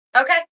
Okay